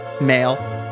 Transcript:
male